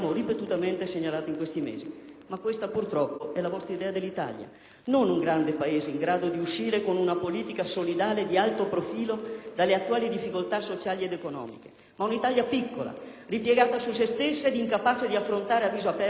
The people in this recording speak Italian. però, purtroppo, è la vostra idea dell'Italia: non un grande Paese in grado di uscire con una politica solidale di alto profilo dalle attuali difficoltà sociali ed economiche, ma un'Italia piccola, ripiegata su se stessa ed incapace di affrontare a viso aperto il futuro del proprio destino.